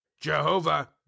jehovah